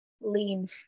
lean